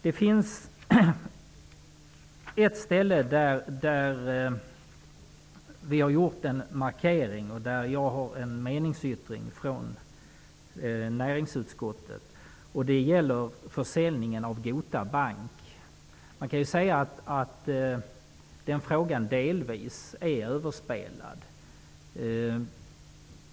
Det finns ett ställe där vi har gjort en markering och där jag har avgett en meningsyttring i näringsutskottet. Det gäller försäljningen av Gota Bank. Man kan säga att den frågan delvis är överspelad.